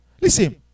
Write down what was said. Listen